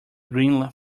green